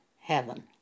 heaven